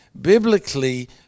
biblically